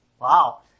Wow